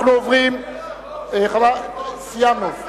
אנחנו עוברים, סיימנו.